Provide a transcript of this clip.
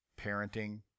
parenting